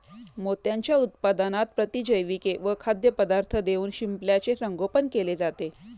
मोत्यांच्या उत्पादनात प्रतिजैविके व खाद्यपदार्थ देऊन शिंपल्याचे संगोपन केले जाते